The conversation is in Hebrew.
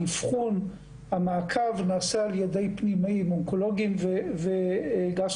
האבחון והמעקב נעשה על ידי פנימאים: אונקולוגים וגסטרואנטרולוגים.